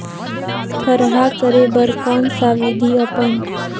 थरहा करे बर कौन सा विधि अपन?